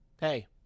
hey